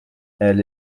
elle